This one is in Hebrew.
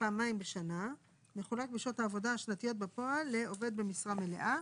מחולק בשעות העבודה השנתיות בפועל לעובד במשרה מלאה.